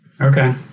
Okay